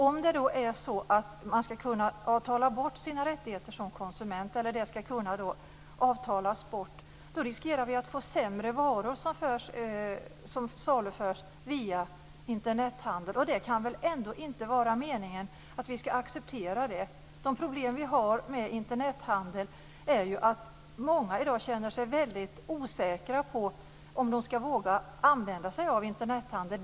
Om konsumenternas rättigheter ska kunna förhandlas bort riskerar vi att få sämre varor saluförda via Internethandeln. Det kan väl ändå inte var meningen att vi ska acceptera det. Det problem som vi har med Internethandeln är att många i dag känner sig väldigt osäkra på om de ska våga använda sig av Internethandel.